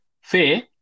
Fair